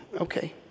Okay